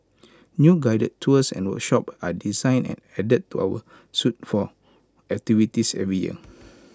new guided tours and workshops are designed and added to our suite of activities every year